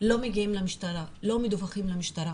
לא מדווחים למשטרה.